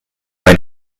bei